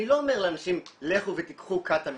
אני לא אומר לאנשים "לכו ותקחו קטמין",